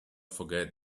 forget